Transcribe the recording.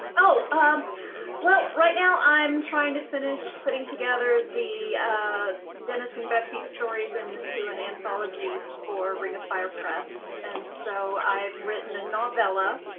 oh um well right now. i'm trying to finish putting together the denison betsy stories and to an anthology for ring of fire press and so i've written a novella,